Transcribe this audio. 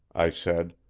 i said.